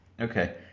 Okay